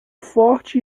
forte